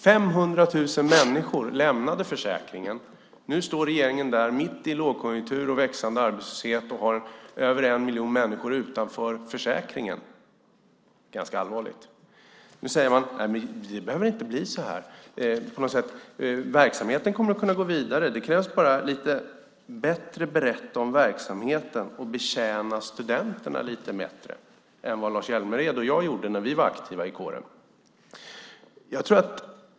500 000 människor lämnade försäkringen. Nu står regeringen där mitt i lågkonjunktur och växande arbetslöshet med över en miljon människor som står utanför försäkringen. Det är allvarligt. Nu säger man att det inte behöver bli så. Verksamheten kommer att gå vidare. Det krävs bara att man på ett bättre sätt berättar om verksamheten och betjänar studenterna lite bättre än vad Lars Hjälmered och jag gjorde när vi var aktiva i kåren.